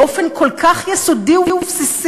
באופן כל כך יסודי ובסיסי,